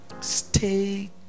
Stay